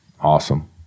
Awesome